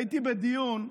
הייתי בדיון,